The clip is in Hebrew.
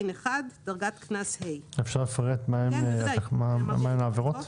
50ב339טז1ה אפשר לפרט מה הן העבירות?